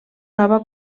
nova